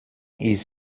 ist